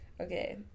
Okay